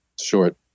short